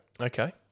Okay